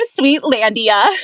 Sweetlandia